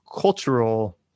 cultural